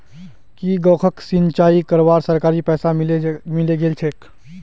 की गौरवक सिंचाई करवार सरकारी पैसा मिले गेल छेक